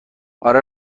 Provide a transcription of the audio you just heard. آره